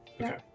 Okay